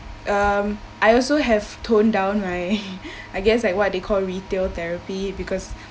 um I also have toned down right I guess like what they call retail therapy because